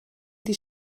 mynd